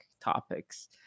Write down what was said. topics